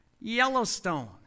Yellowstone